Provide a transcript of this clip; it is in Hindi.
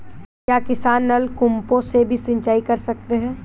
क्या किसान नल कूपों से भी सिंचाई कर सकते हैं?